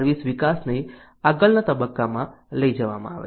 service વિકાસને આગળના તબક્કામાં લઈ જવામાં આવે છે